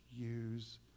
use